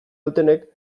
dutenek